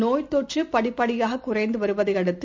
நோய் தொற்றுபடிப்படியாககுறைந்துவருவதையடுத்து